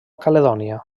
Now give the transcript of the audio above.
caledònia